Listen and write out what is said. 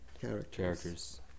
characters